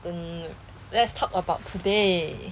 um let's talk about today